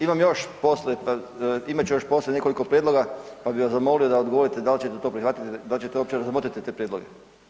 Imam još poslije, imat ću još poslije nekoliko prijedloga pa bih vas zamolio da odgovorite dal će te to prihvatiti, dal ćete opće razmotriti te prijedloge.